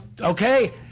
Okay